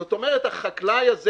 זאת אומרת, החקלאי הזה